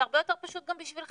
זה הרבה יותר פשוט גם בשבילכם,